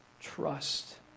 trust